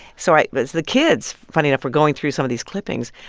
so i it was the kids, funny enough, were going through some of these clippings.